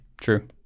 True